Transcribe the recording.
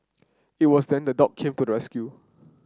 it was then the dog came to rescue